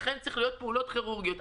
לכן צריכות להיות פעולות כירורגיות.